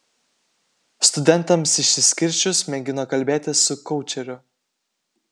studentams išsiskirsčius mėgino kalbėtis su koučeriu